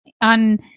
on